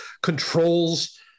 controls